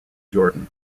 jordan